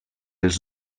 els